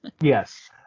Yes